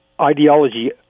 ideology